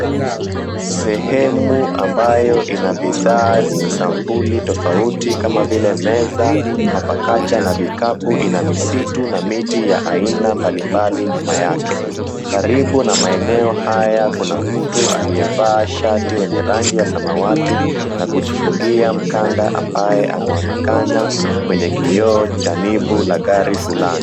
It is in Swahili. Sehemu ambayo ina bidhaa zenye sampuli tofauti kama vile meza, mapakacha na vikapu ina misitu na miti ya aina mbalimbali nyuma yake. Karibu na maeneo haya kuna mtu aliyevaa shati lenye rangi ya samawati na kujifungia mkanda ambaye anaonekana kwenye kioo cha nibu la gari fulani.